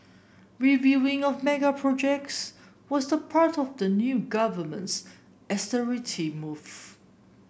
reviewing of mega projects was part of the new government's austerity move